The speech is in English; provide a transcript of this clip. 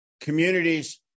communities